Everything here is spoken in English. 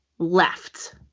Left